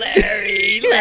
Larry